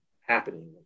happening